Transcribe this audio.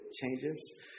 changes